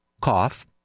cough